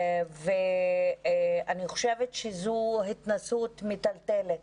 אני חושבת שזו התנסות מטלטלת